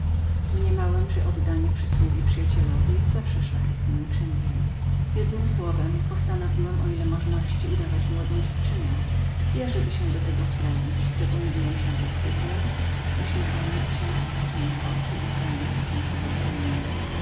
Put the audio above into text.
mniemałem że oddanie przysługi przyjacielowi było zawsze szlachetnym uczynkiem jednem słowem postanowiłem o ile możności udawać młodą dziewczynę i ażeby się do tego wprawić zagłębiłem się w lektykę uśmiechając się spuszczając oczy i strojąc różne kobiece miny